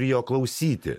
jo klausyti